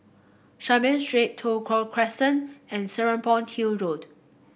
Saiboo Street Toh Tuck Crescent and Serapong Hill Road